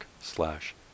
slash